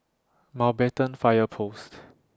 Mountbatten Fire Post